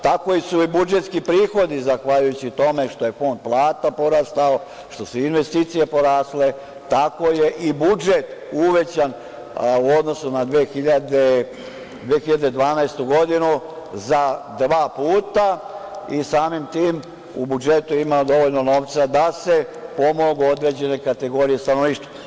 Tako su i budžetski prihodi zahvaljujući tome što je fond plata porastao, što su investicije porasle, tako je i budžet uvećan u odnosu na 2012. godinu za dva puta i samim tim, u budžetu ima dovoljno novca da se pomognu određene kategorije stanovništva.